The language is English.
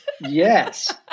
yes